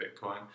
Bitcoin